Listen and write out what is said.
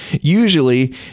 usually